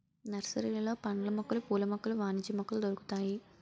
నర్సరీలలో పండ్ల మొక్కలు పూల మొక్కలు వాణిజ్య మొక్కలు దొరుకుతాయి